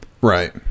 right